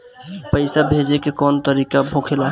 पइसा भेजे के कौन कोन तरीका होला?